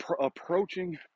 approaching